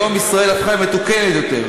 היום ישראל הפכה למתוקנת יותר.